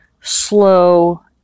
slow